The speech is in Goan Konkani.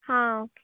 हां